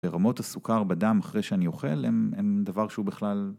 ורמות הסוכר בדם אחרי שאני אוכל, הם דבר שהוא בכלל...